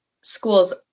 schools